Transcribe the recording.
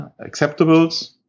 acceptables